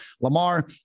Lamar